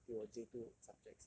比我 J two subjects